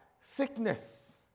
sickness